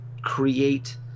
create